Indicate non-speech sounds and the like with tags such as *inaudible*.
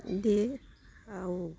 *unintelligible*